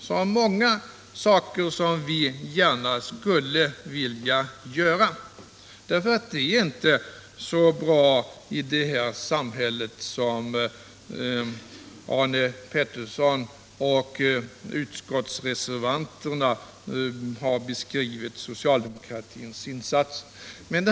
Socialdemokratins insatser har nämligen inte gjort att det är så bra ställt i vårt samhälle som Arne Pettersson och utskottsreservanterna gör gällande.